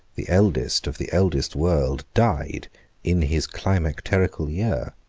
the eldest of the eldest world, died in his climacterical year,